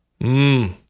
Mmm